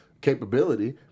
capability